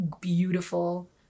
beautiful